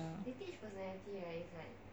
right